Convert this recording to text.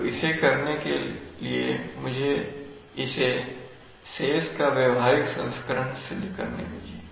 तो इसे करने के लिए मुझे इसे शेष का व्यवहारिक संस्करण सिद्ध करने दीजिए